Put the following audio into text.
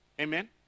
Amen